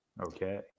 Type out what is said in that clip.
okay